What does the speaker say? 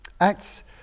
Acts